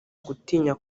gutinya